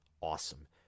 awesome